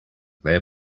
their